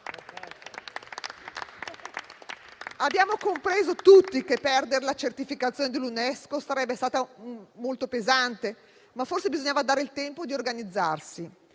Abbiamo compreso tutti che perdere la certificazione dell'UNESCO sarebbe stato molto pesante, ma forse bisognava dare il tempo di organizzarsi.